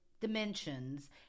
Dimensions